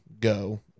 go